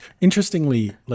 Interestingly